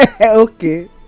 Okay